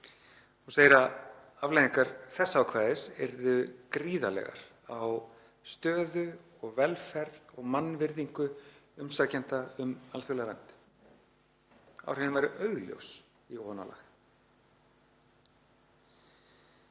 og segir að afleiðingar þessa ákvæðis yrðu gríðarlegar á stöðu og velferð og mannvirðingu umsækjenda um alþjóðlega vernd. Áhrifin væru augljós í ofanálag.